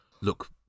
look